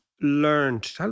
learned